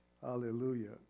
Hallelujah